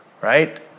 Right